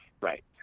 Right